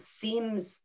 seems